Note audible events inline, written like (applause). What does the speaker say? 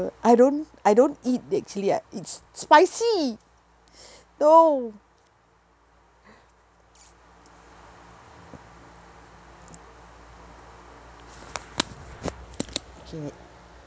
I don't I don't eat actually ah it's spicy (breath) no okay wait